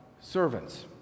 servants